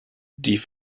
die